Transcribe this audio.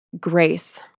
grace